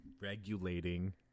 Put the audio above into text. regulating